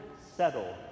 settle